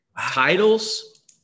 Titles